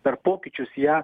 per pokyčius ją